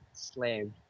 slave